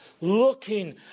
Looking